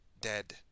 dead